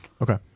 Okay